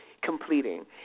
Completing